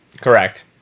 Correct